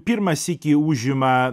pirmą sykį užima